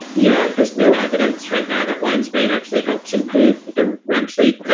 yeah, there's no evidence right now that lion's mane actually helps improve ah rem sleep,